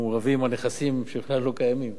אנחנו רבים על נכסים שבכלל לא קיימים,